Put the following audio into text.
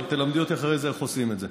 אבל תלמדי אותי אחרי זה איך עושים את זה.